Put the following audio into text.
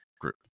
group